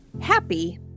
Happy